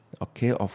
okay